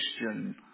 Christian